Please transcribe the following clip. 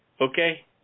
Okay